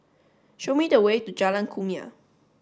show me the way to Jalan Kumia